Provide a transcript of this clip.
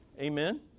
Amen